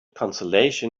consolation